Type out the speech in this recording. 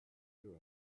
you